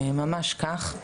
ממש כך.